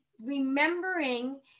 remembering